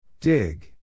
Dig